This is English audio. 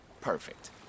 Perfect